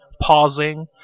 pausing